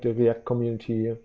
viet community